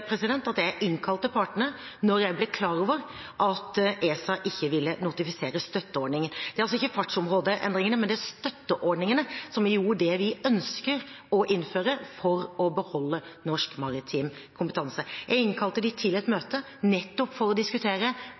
er altså ikke fartsområdeendringene, men støtteordningen som er det vi ønsker å innføre for å beholde norsk maritim kompetanse. Jeg innkalte dem til et møte nettopp for å diskutere